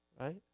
right